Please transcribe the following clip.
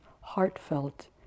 heartfelt